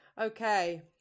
okay